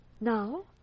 now